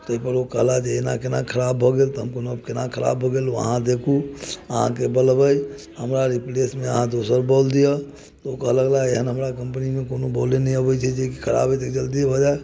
ताहिपर ओ कहला जे एना केना खराब भऽ गेल तऽ हम कहलहुँ आब केना खराब भऽ गेल ओ अहाँ देखू अहाँके बल्ब अइ हमरा रिप्लेसमे अहाँ दोसर बल्ब दिअ तऽ ओ कहय लगलाह एहन हमरा कंपनीमे कोनो बल्बे नहि अबैत छै जे खराब एतेक जल्दी भऽ जाय